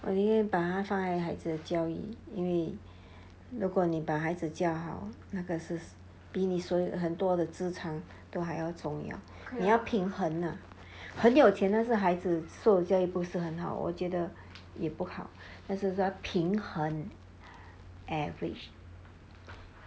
我宁愿把它放在孩子的教育因为如果你把孩子教好那个是比你所以很多的资产都还要重要平衡 lah 很有钱但是孩子受的教育不是很好我觉得也不好就是说平衡 average